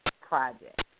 project